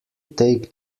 take